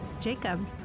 jacob